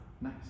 nice